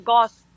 Goth